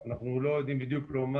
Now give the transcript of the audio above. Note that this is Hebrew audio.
אנחנו לא יודעים בדיוק להגיד